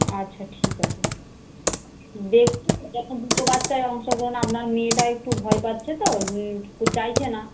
আচ্ছা ঠিক আছে দুটো বাচ্চার অংশগ্রহণ আপনার মেয়েটা একটু ভয় পাচ্ছে তো চাইছে না